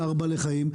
צער בעלי חיים.